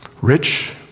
Rich